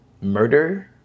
murder